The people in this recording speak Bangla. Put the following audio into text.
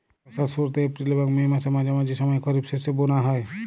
বর্ষার শুরুতে এপ্রিল এবং মে মাসের মাঝামাঝি সময়ে খরিপ শস্য বোনা হয়